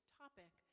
topic